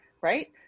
Right